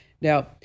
Now